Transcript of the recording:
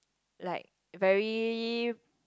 like very